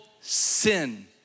sin